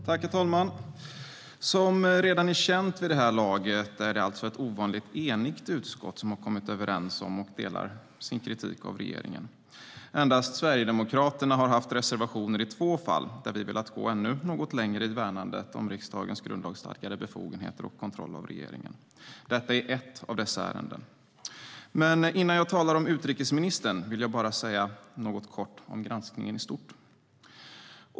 Utrikesministerns information till EU:s medlemsländer om kommande erkännande av Staten Palestina Herr talman! Som redan är känt vid det här laget är det alltså ett ovanligt enigt utskott som har kommit överens om och delar sin kritik av regeringen. Endast Sverigedemokraterna har haft reservationer i två fall där vi velat gå ännu något längre i värnandet av riksdagens grundlagsstadgade befogenheter och kontroll av regeringen. Detta är ett av dessa ärenden. Men innan jag talar om utrikesministern vill jag bara säga något kort om granskningen i stort.